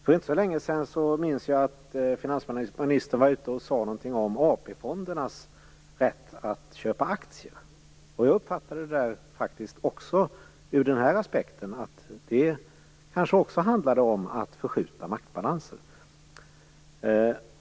Jag minns att finansministern för inte så länge sedan var ute och sade någonting om AP-fondernas rätt att köpa aktier. Jag uppfattade faktiskt, också ur denna aspekt, att det kanske också handlade om att förskjuta maktbalansen.